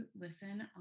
listen